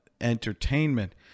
entertainment